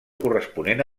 corresponent